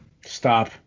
Stop